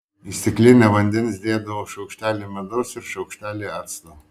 į stiklinę vandens dėdavau šaukštelį medaus ir šaukštelį acto